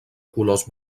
colors